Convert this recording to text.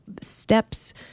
steps